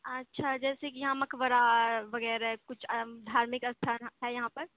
اچھا جیسے کہ یہاں مقبرہ وغیرہ کچھ دھارمک استھان ہے یہاں پر